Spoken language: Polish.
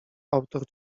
autor